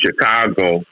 Chicago